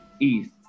East